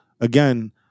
again